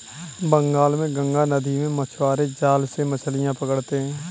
बंगाल में गंगा नदी में मछुआरे जाल से मछलियां पकड़ते हैं